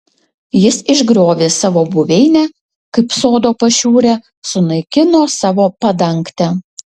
jis išgriovė savo buveinę kaip sodo pašiūrę sunaikino savo padangtę